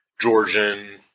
Georgian